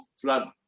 flood